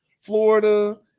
Florida